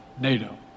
NATO